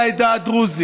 עכשיו גיבורים גדולים,